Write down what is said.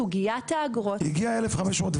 סוגיית האגרות --- הגיע ה-1,501,